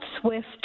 swift